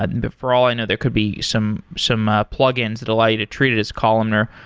and for all i know, there could be some some ah plugins that allow you to treat it as columnar,